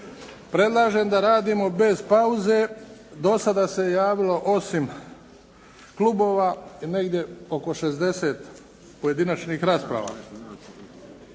Predlažem da radimo bez pauze. Do sada se javilo osim klubova negdje oko 60 pojedinačnih rasprava.